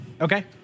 Okay